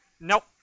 Nope